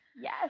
yes